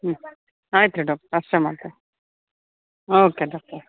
ಹ್ಞೂ ಆಯ್ತುರಿ ಡಾಕ್ಟರ್ ಮಾಡ್ತೀನಿ ಓಕೆ ಡಾಕ್ಟರ್